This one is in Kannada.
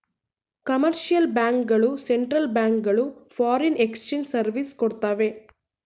ಕಮರ್ಷಿಯಲ್ ಬ್ಯಾಂಕ್ ಗಳು ಸೆಂಟ್ರಲ್ ಬ್ಯಾಂಕ್ ಗಳು ಫಾರಿನ್ ಎಕ್ಸ್ಚೇಂಜ್ ಸರ್ವಿಸ್ ಕೊಡ್ತವೆ